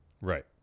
Right